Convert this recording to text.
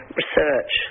research